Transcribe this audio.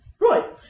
Right